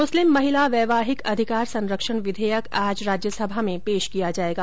मुस्लिम महिला वैवाहिक अधिकार संरक्षण विधेयक आज राज्यसभा में प्रस्तुत किया जाएगा